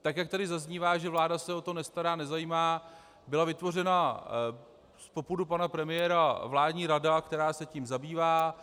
Tak jak tady zaznívá, že vláda se o to nestará, nezajímá, byla vytvořena z popudu pana premiéra vládní rada, která se tím zabývá.